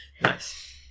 Nice